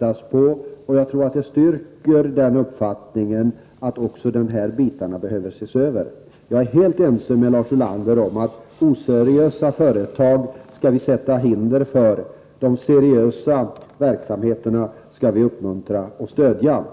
att se på frågan, och jag tror att det styrker den uppfattningen att även de här bitarna behöver ses över. Jag är helt ense med Lars Ulander om att oseriösa företag skall vi sätta hinder för. De seriösa verksamheterna skall vi uppmuntra och stödja.